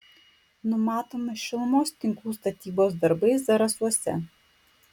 numatomi šilumos tinklų statybos darbai zarasuose